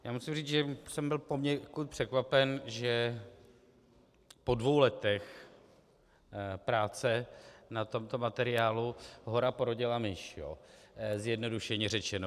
Já musím říct, že jsem byl poněkud překvapen, že po dvou letech práce na tomto materiálu hora porodila myš, zjednodušeně řečeno.